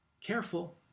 Careful